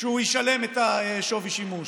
שהוא ישלם את שווי השימוש.